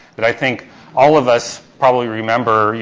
that i think all of us probably remember, you